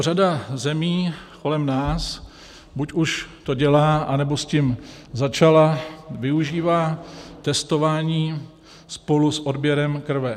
Řada zemí kolem nás buď už to dělá, anebo s tím začala, využívá testování spolu s odběry krve.